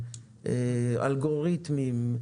אלגוריתם,